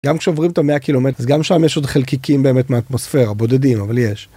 גם כשעוברים את המאה קילומטרים גם שם יש עוד חלקיקים באמת מהאטמוספירה, בודדים, אבל יש.